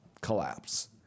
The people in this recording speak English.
collapse